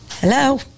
Hello